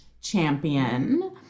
champion